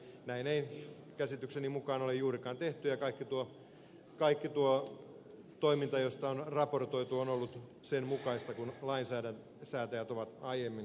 näin ei käsitykseni mukaan ole juurikaan tehty ja kaikki tuo toiminta josta on raportoitu on ollut sen mukaista kuin lainsäätäjät ovat aiemmin edellyttäneet